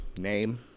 name